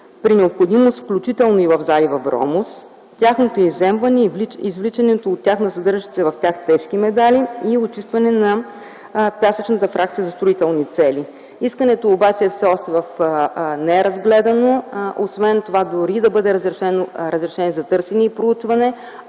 при необходимост, включително и в залива Вромос, тяхното изземване, извличането от тях на съдържащи се в тях тежки метали и очистване на пясъчната фракция за строителни цели. Искането обаче все още не е разгледано, освен това, дори и да бъде дадено разрешението за търсене и проучване,